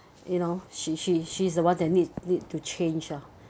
you know she she she's the one that need need to change ah